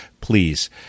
please